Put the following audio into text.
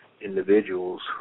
individuals